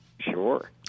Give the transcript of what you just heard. Sure